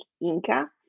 Inca